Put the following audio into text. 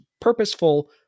purposeful